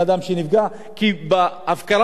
אתה יכול לגרום למוות של האדם,